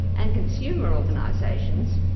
and consumer organisations,